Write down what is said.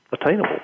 attainable